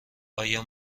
ایا